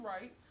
right